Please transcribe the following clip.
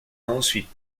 ensuite